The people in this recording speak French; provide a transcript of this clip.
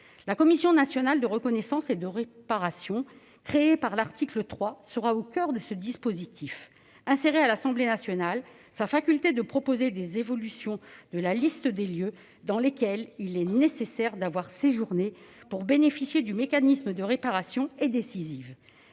La commission nationale de reconnaissance et de réparation, créée par l'article 3, sera au coeur de ce dispositif. Elle a gagné à l'Assemblée nationale la faculté « de proposer des évolutions de la liste des lieux » dans lesquels il est nécessaire d'avoir séjourné pour bénéficier du mécanisme de réparation. Cette